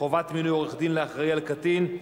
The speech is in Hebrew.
חובת מינוי עורך-דין לאחראי על קטין).